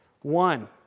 One